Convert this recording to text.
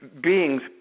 beings